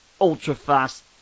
ultra-fast